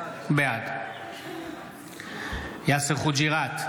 בעד יאסר חוג'יראת,